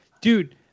Dude